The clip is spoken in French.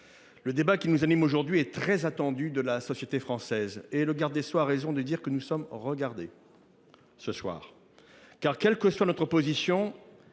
Le débat qui nous anime aujourd’hui est très attendu de la société française et le garde des sceaux a raison de dire que nous sommes regardés ce soir. En effet, quelle que soit notre position,